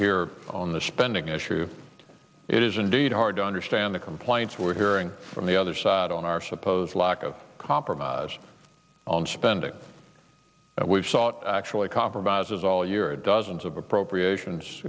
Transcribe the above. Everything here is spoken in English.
here on the spending issue it is indeed hard to understand the complaints we're hearing from the other side on our supposed lack of compromise on spending that we've sought actually compromises all year dozens of appropriations